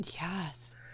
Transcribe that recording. Yes